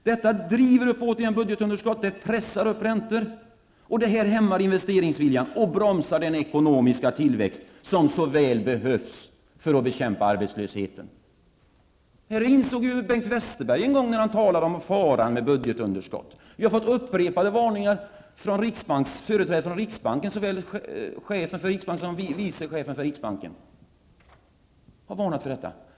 Detta driver återigen upp budgetunderskottet, pressar upp räntorna, hämmar investeringsviljan och bromsar den ekonomiska tillväxt som så väl behövs för att bekämpa arbetslösheten. Det insåg Bengt Westerberg när han en gång talade om faran med budgetunderskott. Det har utgått upprepade varningar om detta från såväl chefen som vice chefen för riksbanken.